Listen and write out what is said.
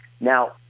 Now